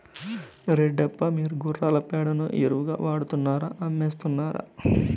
రెడ్డప్ప, మీరు గుర్రాల పేడని ఎరువుగా వాడుతున్నారా అమ్మేస్తున్నారా